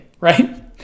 right